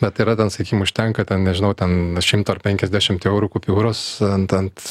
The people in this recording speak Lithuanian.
bet yra ten sakykim užtenka ten nežinau ten ar šimto ar penkiasdešimt eurų kupiūros ant ant